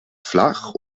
flach